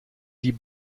die